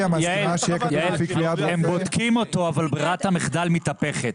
יעל, הם בודקים אותו אבל ברירת המחדל מתהפכת.